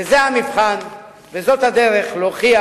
וזה המבחן וזאת הדרך להוכיח,